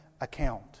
account